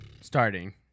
Starting